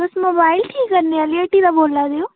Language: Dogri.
तुस मोबाईल ठीक करने आह्ली हट्टी दा बोल्ला दे ओ